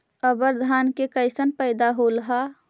अबर धान के कैसन पैदा होल हा?